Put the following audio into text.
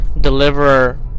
deliver